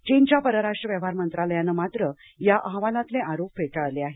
चीनच्या परराष्ट्र व्यवहार मंत्रालयानं मात्र या अहवालातले आरोप फेटाळले आहेत